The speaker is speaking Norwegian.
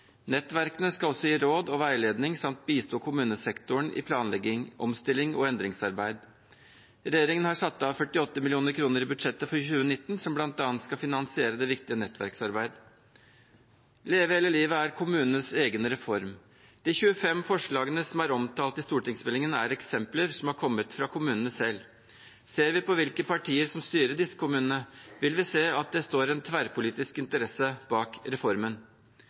Nettverkene skal også gi råd og veiledning samt bistå kommunesektoren i planlegging, omstilling og endringsarbeid. Regjeringen har satt av 48 mill. kr i budsjettet for 2019 som bl.a. skal finansiere det viktige nettverksarbeidet. Leve hele livet er kommunenes egen reform. De 25 forslagene som er omtalt i stortingsmeldingen, er eksempler som har kommet fra kommunene selv. Ser vi på hvilke partier som styrer disse kommunene, vil vi se at det står en tverrpolitisk interesse bak reformen.